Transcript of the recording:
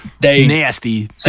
nasty